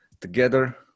Together